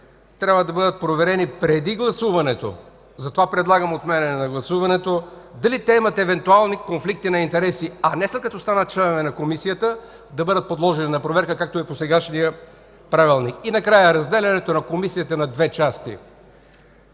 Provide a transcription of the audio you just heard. да бъдат проверени преди гласуването – затова предлагам отменяне на гласуването – дали имат евентуални конфликти на интереси, а не след като станат членове на Комисията да бъдат подложени на проверка, както е по сегашния правилник. И накрая – разделянето на Комисията на две части